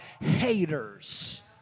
haters